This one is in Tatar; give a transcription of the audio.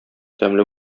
тәмле